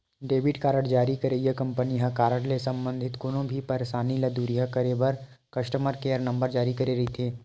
debit card जारी करइया company ह कारड ले संबंधित कोनो भी परसानी ल दुरिहा करे बर कस्टमर केयर नंबर जारी करे रहिथे